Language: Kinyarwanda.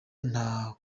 nta